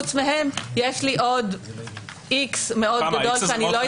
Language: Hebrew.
חוץ מהם יש לי עוד X מאוד גדול שאני לא יודעת מהו.